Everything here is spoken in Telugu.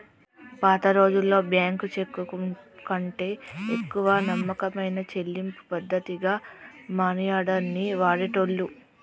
పాతరోజుల్లో బ్యేంకు చెక్కుకంటే ఎక్కువ నమ్మకమైన చెల్లింపు పద్ధతిగా మనియార్డర్ ని వాడేటోళ్ళు